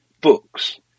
books